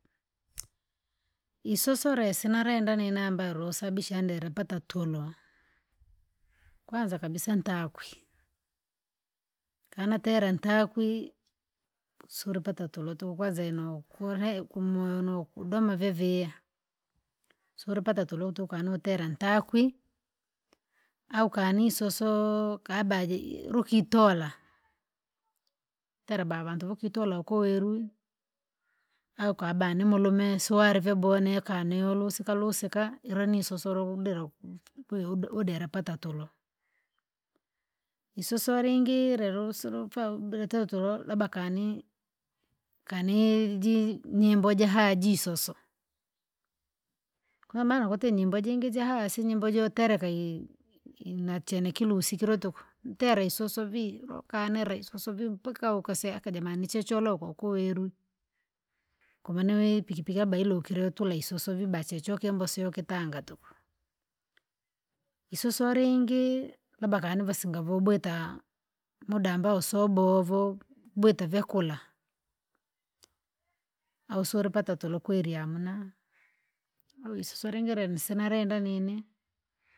Isusule sinarenda nini ambalo lusababisha ndile pata tulwa, kwanza kabisa ntaakwi, kanatira ntaakwi, suripata tulo tuku kwanza inokule kumoyo nukudoma vivia. Suripata tulo tuku kanotera ntaakwi, au kanisososo! Kabaji ii- lukitola, tera ba vandu vukitora ukuwerwi, au kabani nimulume siwari vyabowa nikani ulusika lusika ila nisoso luhudira ku kwiudi udire pata tulo. Isos lingire rusilo upa- udire tutulo labda kani, kani ji- nyimbo jihaji jisoso, kwa maana kuti nyimbo jingi jahasi nyimbo jo tereka i- inachene kulusi kiro tuku ntere isoso vii loukanira isoso vii mpaka ukaseya aka jamani chocholokwa ukuwerwi, kwa maana wii ipikipiki labda irukirwe tula isoso vibasi hicho kimbo sio kitanga tuku. Isoso lingi? Labda kani vasinga voubwita muda ambao sio bovo, bwita vyakura. Au suripata tulo kweri hamuna, au isoso lingire nisinarenda nini.